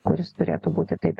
kuris turėtų būti taip